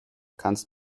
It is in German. kannst